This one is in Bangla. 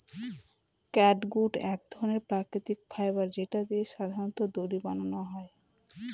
ক্যাটগুট এক ধরনের প্রাকৃতিক ফাইবার যেটা দিয়ে সাধারনত দড়ি বানানো হয়